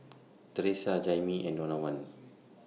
Teressa Jaimee and Donavan